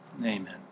amen